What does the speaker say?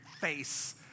face